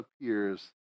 appears